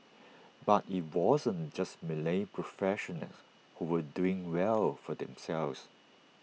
but IT wasn't just Malay professionals who were doing well for themselves